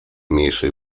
mniejszej